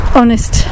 honest